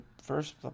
first